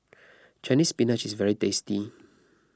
Chinese Spinach is very tasty